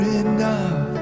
enough